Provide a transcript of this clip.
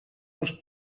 els